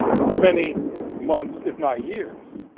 for many months, if not years.